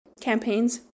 campaigns